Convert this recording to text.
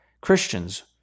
Christians